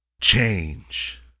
Change